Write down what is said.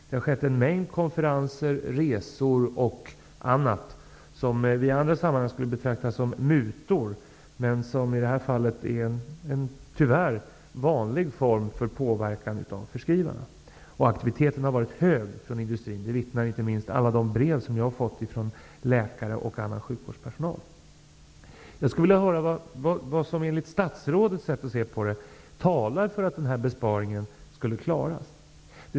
Det har skett en mängd konferenser, resor och annat som vi i andra sammanhang skulle betrakta som mutor men som i det här fallet, tyvärr, är en vanlig form av påverkan från förskrivarnas sida. Att aktiviteten varit stor från industrins sida vittnar inte minst alla de brev om som jag har fått från läkare och annan sjukvårdspersonal. Jag skulle vilja höra vad som enligt statsrådets sätt att se på saken talar för att nämnda besparing skulle klaras.